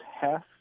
half